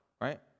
right